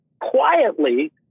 quietly